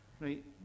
right